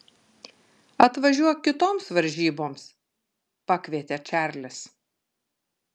atvažiuok kitoms varžyboms pakvietė čarlis